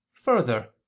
Further